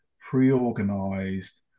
pre-organized